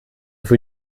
für